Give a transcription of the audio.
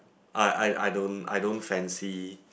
I I I don't I don't fancy